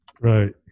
Right